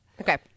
Okay